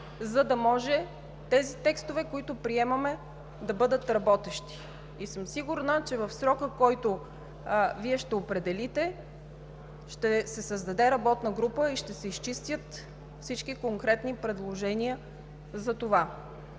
за да може текстовете, които приемаме, да бъдат работещи. Сигурна съм, че в срока, който Вие ще определите, ще се създаде работна група и ще се изчистят всички конкретни предложения за това,